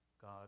God